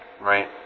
right